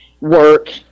work